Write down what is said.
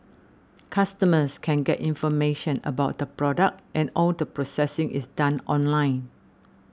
customers can get information about the product and all the processing is done online